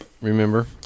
remember